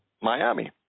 Miami